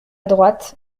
droite